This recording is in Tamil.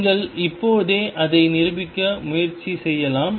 நீங்கள் இப்போதே அதை நிரூபிக்க முயற்சி செய்யலாம்